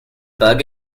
bug